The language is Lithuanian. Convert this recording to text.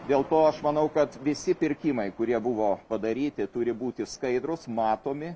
dėl to aš manau kad visi pirkimai kurie buvo padaryti turi būti skaidrūs matomi